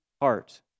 heart